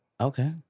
Okay